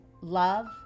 love